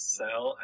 sell